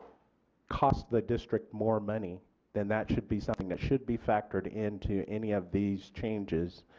cost the district more money then that should be something that should be factored into any of these changes.